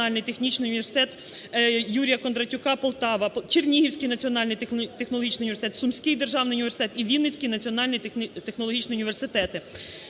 національний технічний університет Юрія Кондратюка (Полтава), Чернігівський національний технологічний університет, Сумський державний університет і Вінницький національний технологічний університет.